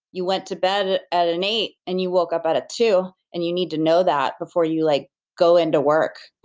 you went to bed at an eight, and you woke up at a two and you need to know that before you like go into work